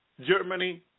Germany